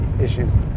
issues